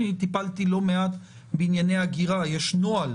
טיפלתי לא מעט בענייני הגירה יש נוהל